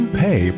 pay